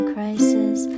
Crisis